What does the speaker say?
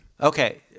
Okay